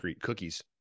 cookies